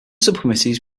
subcommittees